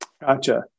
Gotcha